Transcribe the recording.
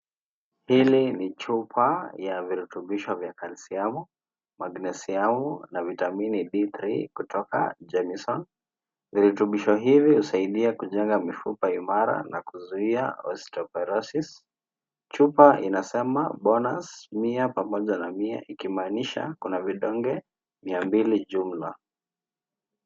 Hili ni chupa ya vitrubisho vya kalsiamu, magnesiamu na vitamini D3 kutoka Jameison vitrubisho hivi husaidia kujenga mifupa imara na kuzuia astroparasis chupa inasema bonus mia pamoja na mia iki maanisha kuna vidonge vya mbili jumla.